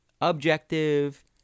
objective